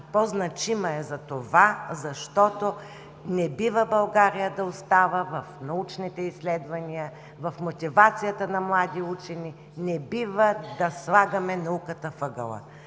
и по-значима е, защото не бива България да остава в научните изследвания, в мотивацията на млади учени – не бива да слагаме науката в ъгъла.